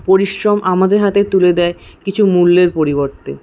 পরিশ্রম আমাদের হাতে তুলে দেয় কিছু মূল্যের পরিবর্তে